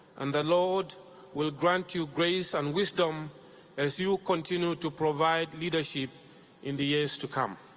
and the lord will grant you grace and wisdom as you continue to provide leadership in the years to come.